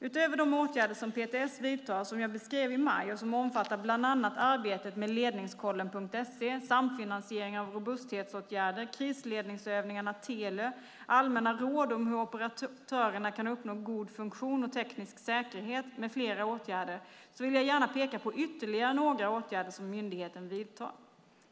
Utöver de åtgärder som PTS vidtar och som jag beskrev i maj, som omfattar bland annat arbetet med Ledningskollen.se, samfinansiering av robusthetsåtgärder, krisledningsövningarna Telö, allmänna råd om hur operatörerna kan uppnå god funktion och teknisk säkerhet med flera åtgärder, vill jag gärna peka på ytterligare några åtgärder som myndigheten vidtar.